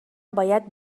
باید